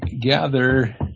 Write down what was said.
gather